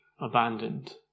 abandoned